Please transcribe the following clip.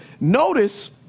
Notice